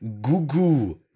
Gugu